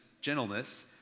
gentleness